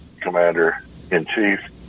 commander-in-chief